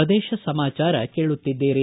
ಪ್ರದೇಶ ಸಮಾಚಾರ ಕೇಳುತ್ತಿದ್ದೀರಿ